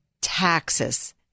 taxes